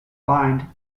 bind